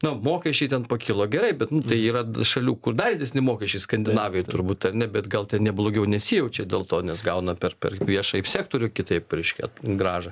na mokesčiai ten pakilo gerai bet tai yra šalių kur dar didesni mokesčiai skandinavijoj turbūt ar ne bet gal ten ne blogiau nesijaučiau dėl to nes gauna per per viešąjį sektorių kitaip reiškia grąžą